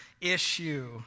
issue